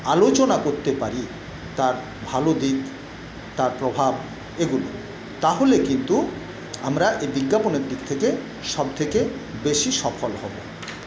আলোচনা করতে পারি তার ভালো দিক তার প্রভাব এগুলো তাহলে কিন্তু আমরা এই বিজ্ঞাপনের দিক থেকে সব থেকে বেশি সফল হব